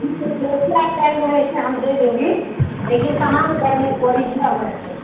ठीक है जैसे आप कहेंगे वैसे हम दे देंगे लेकिन समान ओरिजनल होना चाहिए